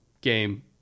game